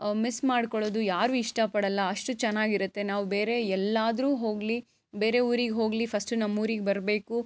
miss ಮಾಡ್ಕೊಳ್ಳೋದು ಯಾರೂ ಇಷ್ಟಪಡೋಲ್ಲ ಅಷ್ಟು ಚೆನ್ನಾಗಿರುತ್ತೆ ನಾವು ಬೇರೆ ಎಲ್ಲಾದರೂ ಹೋಗಲಿ ಬೇರೆ ಊರಿಗೆ ಹೋಗಲಿ ಫಸ್ಟು ನಮ್ಮೂರಿಗೆ ಬರಬೇಕು